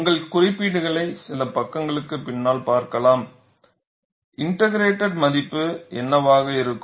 உங்கள் குறிப்புகளை சில பக்கங்களுக்கு பின்னால் பார்க்கலாம் இன்ட்க்ரேடட் மதிப்பு என்னவாக இருக்கும்